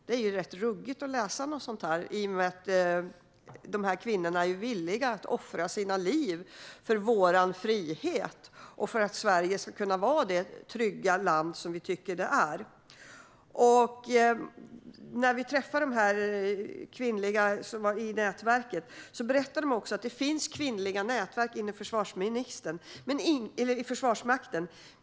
Det är rätt ruggigt att läsa något som detta, eftersom dessa kvinnor är villiga att offra sina liv för vår frihets skull och för att Sverige ska kunna vara det trygga land som vi tycker att det är. När vi har träffat kvinnorna i detta nätverk berättar de också att det finns kvinnliga nätverk inom Försvarsmakten.